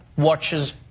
watches